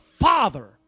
father